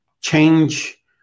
change